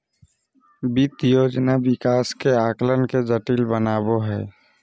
वित्त योजना विकास के आकलन के जटिल बनबो हइ